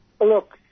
Look